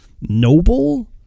noble